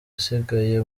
usigaye